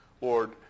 Lord